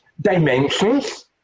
dimensions